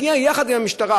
הגיעה יחד עם המשטרה,